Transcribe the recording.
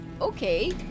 Okay